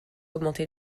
augmenté